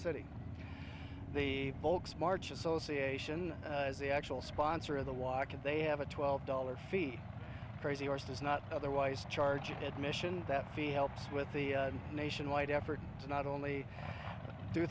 city the volks march association is the actual sponsor of the walk and they have a twelve dollars fee crazy horse was not otherwise charge admission that fee helps with the nationwide effort to not only